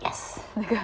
yes like that